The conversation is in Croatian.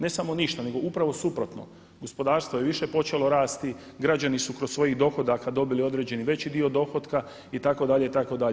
Ne samo ništa nego upravo suprotno, gospodarstvo je više počelo rasti, građani su kroz svoje dohotke dobili određeni veći dio dohotka itd., itd.